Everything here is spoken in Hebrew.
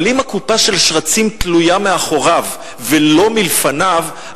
אבל אם קופה של שרצים תלויה מאחוריו ולא מלפניו,